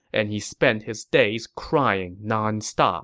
and he spent his days crying nonstop